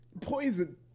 Poison